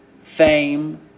fame